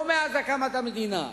לא מאז הקמת המדינה,